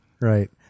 Right